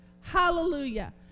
Hallelujah